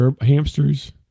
hamsters